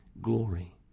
glory